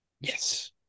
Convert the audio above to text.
Yes